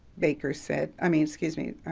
baker said, i mean, excuse me,